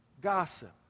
Gossip